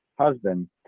husband